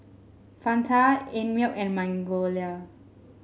Fanta Einmilk and Magnolia